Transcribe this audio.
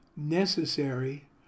necessary